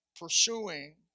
pursuing